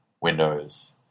Windows